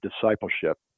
Discipleship